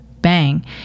bang